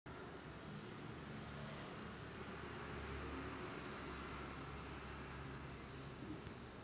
आर्थिक समावेशाचे उद्दीष्ट साध्य करण्यासाठी भारत सरकारने प्रधान मंत्री जन धन योजना चालविली आहेत